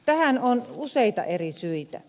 tähän on useita eri syitä